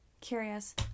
curious